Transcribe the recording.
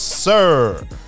Sir